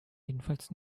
jedenfalls